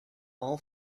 all